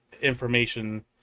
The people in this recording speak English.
information